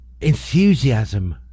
Enthusiasm